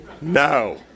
No